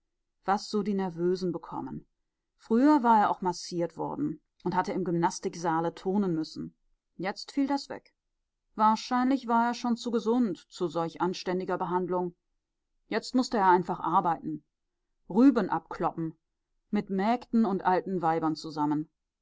was so die nervösen bekommen früher war er auch massiert worden und hatte im gymnastiksaale turnen müssen jetzt fiel das weg wahrscheinlich war er schon zu gesund zu solch anständiger behandlung jetzt mußte er einfach arbeiten rüben abkloppen mit mägden und alten weibern zusammen